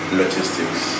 logistics